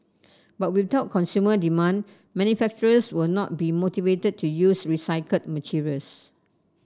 but without consumer demand manufacturers will not be motivated to use recycled materials